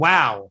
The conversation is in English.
Wow